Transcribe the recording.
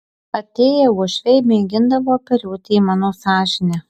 atėję uošviai mėgindavo apeliuoti į mano sąžinę